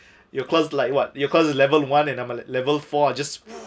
your class like what your class is level one and I am level four I just